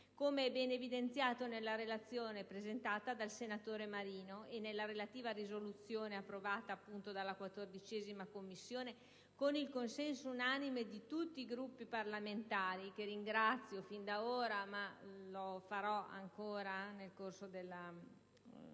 Come è ben evidenziato nella Relazione presentata dal senatore Marino, e nella relativa risoluzione approvata dalla 14a Commissione con il consenso unanime di tutti i Gruppi parlamentari (che ringrazio fin da ora, ma lo farò ancora nel corso del